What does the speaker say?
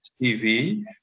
TV